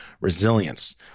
resilience